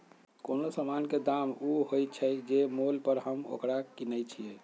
कोनो समान के दाम ऊ होइ छइ जे मोल पर हम ओकरा किनइ छियइ